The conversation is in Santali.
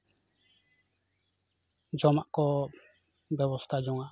ᱡᱚᱢᱟᱜ ᱠᱚ ᱵᱮᱵᱚᱥᱛᱟ ᱡᱚᱝᱼᱟ